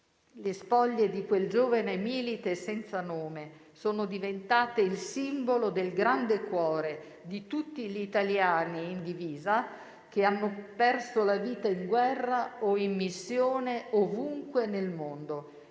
le spoglie di quel giovane milite senza nome sono diventate il simbolo del grande cuore di tutti gli italiani in divisa, che hanno perso la vita in guerra o in missione ovunque nel mondo;